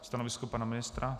Stanovisko pana ministra?